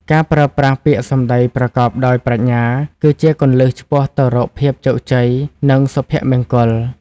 ការប្រើប្រាស់ពាក្យសម្ដីប្រកបដោយប្រាជ្ញា គឺជាគន្លឹះឆ្ពោះទៅរកភាពជោគជ័យ និងសុភមង្គល។